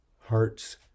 Hearts